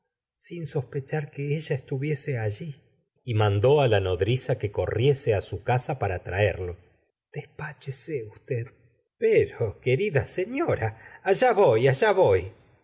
sin sospechar que euv estuviese allí gustavo flaubep'i y mandó á la nodriza que corriese á su casa pa ra traerlo despáchese usted pero querida señora allá voy allá voy